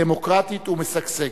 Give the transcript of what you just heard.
דמוקרטית ומשגשגת.